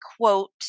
quote